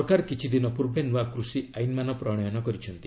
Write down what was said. ସରକାର କିଛି ଦିନ ପୂର୍ବେ ନୂଆ କୁଷି ଆଇନମାନ ପ୍ରଶୟନ କରିଛନ୍ତି